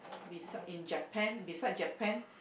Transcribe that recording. besides in Japan besides Japan